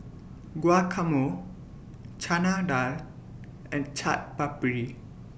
Guacamole Chana Dal and Chaat Papri